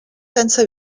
sense